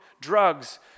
drugs